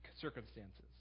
circumstances